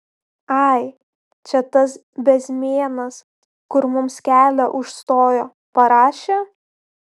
ai čia tas bezmėnas kur mums kelią užstojo parašė